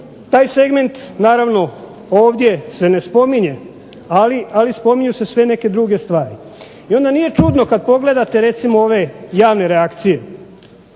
taj segment naravno ovdje se ne spominje ali spominju se sve neke druge stvari. I onda nije čudno kad pogledate recimo ove javne reakcije.